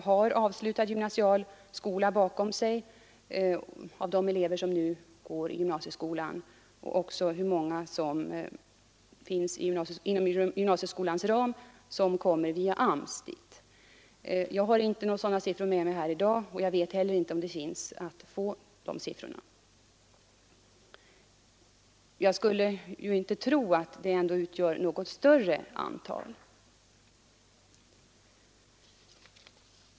Den första frågan var hur många av de elever som nu går i gymnasieskolan som har avslutad grundskola bakom sig och hur många inom gymnasieskolans ram som kommer dit via AMS. Jag har inte några uppgifter om det med mig i dag och vet inte heller om det finns några sådana siffror att få. Men jag skulle inte tro att de sistnämnda eleverna uppgår till något större antal.